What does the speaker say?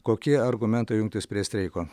kokie argumentai jungtis prie streiko